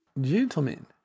Gentlemen